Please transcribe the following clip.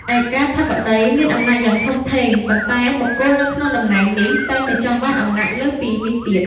ឯកាធិបតីមានអំណាចយ៉ាងធំធេង ប៉ុន្តែបុគ្គលនៅក្នុងតំណែងនេះតែងតែចង់បានអំណាចលើសពីនេះទៀត។